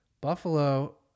Buffalo